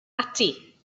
ati